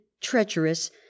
treacherous